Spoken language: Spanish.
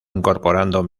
incorporando